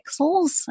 pixels